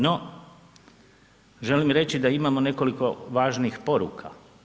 No, želim reći da ima nekoliko važnih poruka.